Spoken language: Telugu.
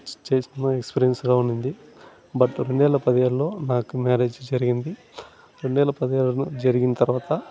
చేసిన ఎక్స్పీరియన్స్గా ఉండింది బట్ రెండువేల పదిహేడులో నాకు మ్యారేజ్ జరిగింది రెండువేల పదిహేడులో జరిగిన తర్వాత